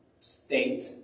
state